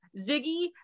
ziggy